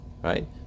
right